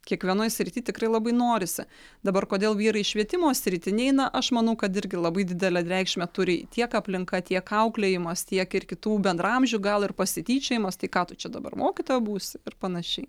kiekvienoj srity tikrai labai norisi dabar kodėl vyrai į švietimo sritį neina aš manau kad irgi labai didelę reikšmę turi tiek aplinka tiek auklėjimas tiek ir kitų bendraamžių gal ir pasityčiojimas tai ką tu čia dabar mokytoja būsi ir panašiai